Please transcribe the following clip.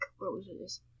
roses